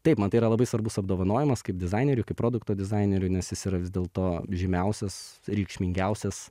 taip man tai yra labai svarbus apdovanojimas kaip dizaineriui kaip produkto dizaineriui nes jis yra vis dėlto žymiausias reikšmingiausias